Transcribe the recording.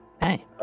hey